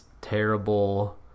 terrible